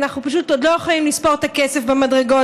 אנחנו פשוט עוד לא יכולים לספור את הכסף במדרגות,